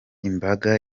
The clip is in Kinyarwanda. imbaga